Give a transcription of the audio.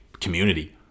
community